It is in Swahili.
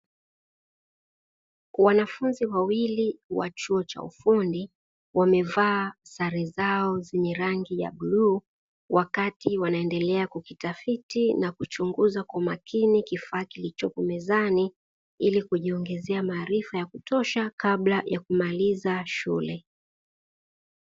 Wanafunzi wawili wa chuo cha ufundi wamevaa sare zao zenye rangi ya bluu wakati wanaendelea kukitafiti na kuchunguza kwa umakini kifaa kilichopo mezani ili kujiongezea maarifa ya kutosha kabla ya kumaliza shule.